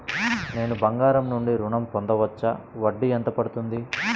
నేను బంగారం నుండి ఋణం పొందవచ్చా? వడ్డీ ఎంత పడుతుంది?